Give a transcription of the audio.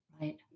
Right